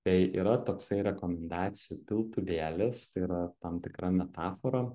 tai yra toksai rekomendacijų piltuvėlis tai yra tam tikra metafora